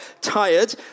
tired